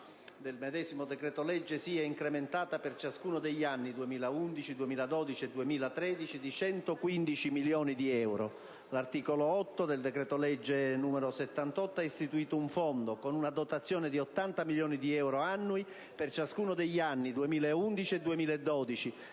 del medesimo decreto-legge sia incrementata, per ciascuno degli anni 2011, 2012 e 2013, di 115 milioni di euro. L'articolo 8 del decreto-legge n. 78 del 2010 ha istituito un fondo con una dotazione di 80 milioni di euro annui per ciascuno degli anni 2011 e 2012,